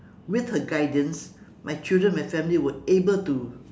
with her guidance my children my family were able to